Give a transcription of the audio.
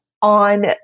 on